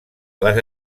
les